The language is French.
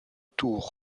tours